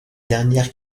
dernière